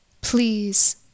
Please